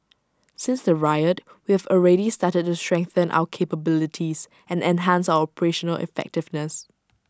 since the riot we have already started to strengthen our capabilities and enhance our operational effectiveness